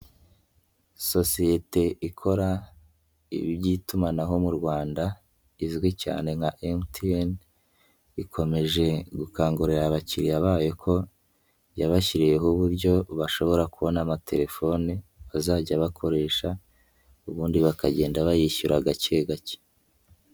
Sosiyete ikora iby'itumanaho mu Rwanda izwi cyane nka MTN, ikomeje gukangurira abakiriya bayo ko yabashyiriyeho uburyo bashobora kubona amatelefone bazajya bakoresha, ubundi bakagenda bayishyura agake gake.